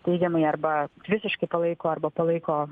teigiamai arba visiškai palaiko arba palaiko